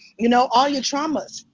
you know? all your traumas.